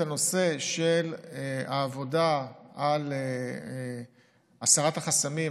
את הנושא של העבודה על הסרת החסמים,